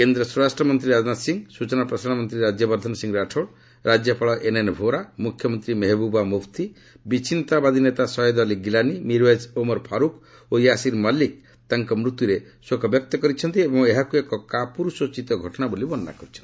କେନ୍ଦ୍ର ସ୍ୱରାଷ୍ଟ୍ରମନ୍ତ୍ରୀ ରାଜନାଥ ସିଂ ସୂଚନା ପ୍ରସାରଣ ମନ୍ତ୍ରୀ ରାଜ୍ୟବର୍ଦ୍ଧନ ସିଂ ରାଠୋର ରାଜ୍ୟପାଳ ଏନ୍ଏନ୍ ଭୋରା ମୁଖ୍ୟମନ୍ତ୍ରୀ ମେହବୁବା ମୁଫ୍ତି ବିଚ୍ଛିନ୍ନତାବାଦୀ ନେତା ସୟଦ ଅଲ୍ଲୀ ଗିଲାନି ମିର୍ଓ୍ବେଜ୍ ଓମର ଫାରୁକ୍ ଓ ୟାସିର୍ ମଲ୍ଲିକ ତାଙ୍କ ମୃତ୍ୟୁରେ ଶୋକ ବ୍ୟକ୍ତ କରିଛନ୍ତି ଏବଂ ଏହାକୁ ଏକ କାପୁର୍ଷୋଚିତ୍ତ ଘଟଣା ବୋଲି କହିଛନ୍ତି